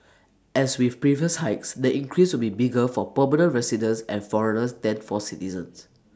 as with previous hikes the increase will be bigger for permanent residents and foreigners than for citizens